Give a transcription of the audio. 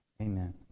Amen